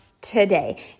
today